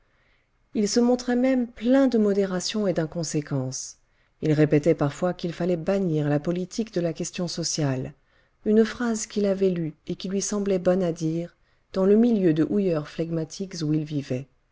il se montrait même plein de modération et d'inconséquence il répétait parfois qu'il fallait bannir la politique de la question sociale une phrase qu'il avait lue et qui lui semblait bonne à dire dans le milieu de houilleurs flegmatiques où il vivait